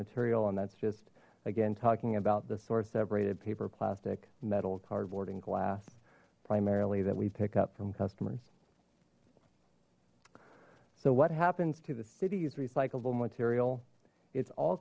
material and that's just again talking about the source separated paper plastic metal cardboard and glass primarily that we pick up from customers so what happens to the city's recyclable material it's all